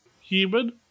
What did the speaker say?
Human